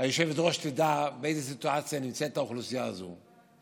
היושבת-ראש תדע באיזו סיטואציה נמצאת האוכלוסייה הזאת.